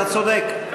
אתה צודק.